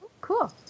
Cool